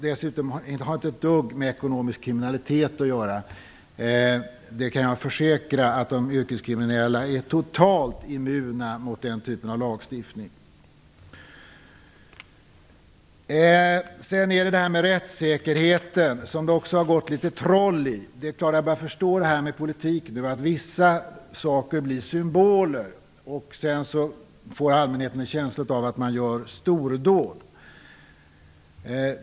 Det har inte ett dugg med att göra med att bekämpa ekonomisk kriminalitet. Jag kan försäkra att de yrkeskriminella är totalt immuna mot den typen av lagstiftning. Sedan till frågan om rättssäkerheten, som det också har gått litet troll i. Jag har nu börjat förstå det här med politik. Vissa saker blir symboler, och allmänheten får en känsla av att man gör stordåd.